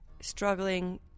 struggling